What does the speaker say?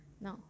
no